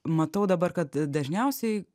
matau dabar kad dažniausiai